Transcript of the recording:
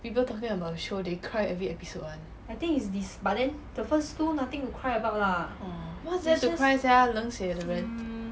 people talking about the show they cry every episode one orh but very surprise sia 冷血的人